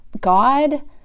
god